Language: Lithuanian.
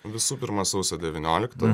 visų pirma sausio devynioliktą